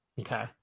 Okay